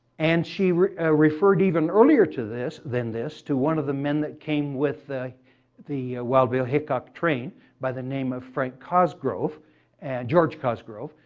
and she referred even earlier to this than this, to one of the men that came with the the wild bill hickok train by the name of frank cosgrove and george cosgrove.